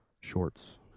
shorts